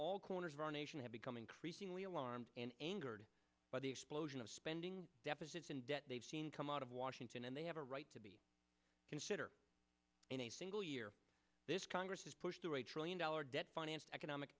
all corners of our nation have become increasingly alarmed and angered by the explosion of spending deficits and debt they've seen come out of washington and they have a right to be considered in a single year this congress has pushed through a trillion dollar debt financed economic